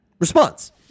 response